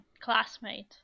classmate